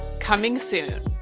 coming soon.